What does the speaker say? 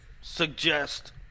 suggest